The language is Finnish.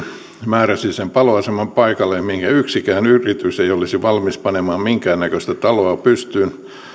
määräsi paloaseman paikalle mihin yksikään yritys ei olisi valmis panemaan minkäännäköistä taloa pystyyn